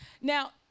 now